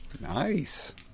Nice